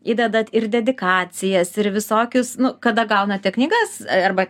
įdedat ir dedikacijas ir visokius nu kada gaunate knygas arba